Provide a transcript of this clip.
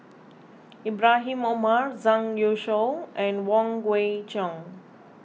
Ibrahim Omar Zhang Youshuo and Wong Kwei Cheong